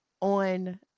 on